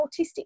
autistic